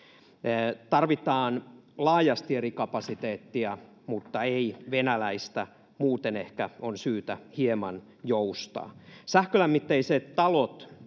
Tarvitaan laajasti eri kapasiteetteja, mutta ei venäläistä. Muuten ehkä on syytä hieman joustaa. Sähkölämmitteiset talot